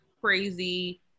crazy